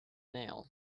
nail